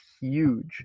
huge